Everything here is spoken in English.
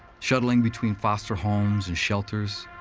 shuttling between foster homes and shelters,